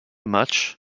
match